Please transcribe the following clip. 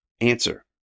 Answer